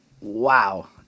Wow